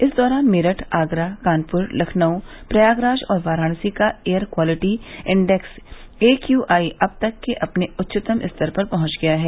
इस दौरान मेरठ आगरा कानपुर लखनऊ प्रयागराज और वाराणसी का air quality index A Q I अब तक के अपने उच्चतम स्तर पर पहंच गया है